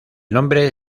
nombre